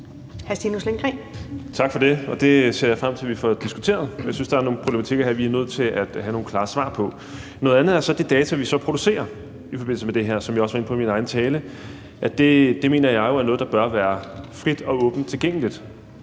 Stinus Lindgreen (RV): Tak for det. Det ser jeg frem til at vi får diskuteret. Jeg synes, der er nogle problematikker her, vi er nødt til at få nogle klare svar på. Noget andet er så de data, vi producerer i forbindelse med det her, som jeg også var inde på i min egen tale. Det mener jeg jo er noget, der bør være frit og åbent tilgængeligt,